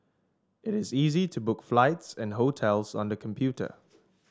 it is easy to book flights and hotels on the computer